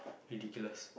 ridiculous